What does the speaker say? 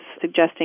suggesting